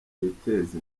yiteze